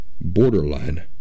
borderline